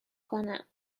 کنم